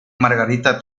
margarita